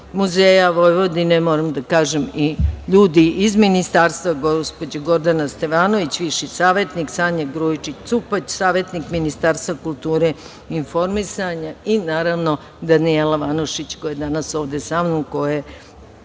Muzeja Vojvodine, moram da kaže i ljudi iz Ministarstva, gospođa Gordana Stevanović, viši savetnik, Sanja Grujičić Cupać, savetnik Ministarstva kulture i informisanja i naravno, Danijela Vanušić, koja je ovde danas sa mnom, koja je